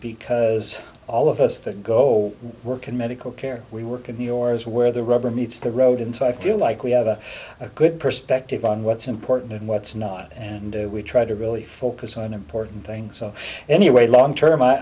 because all of us that go work in medical care we work in yours where the rubber meets the road and so i feel like we have a good perspective on what's important and what's not and we try to really focus on important things so anyway long term i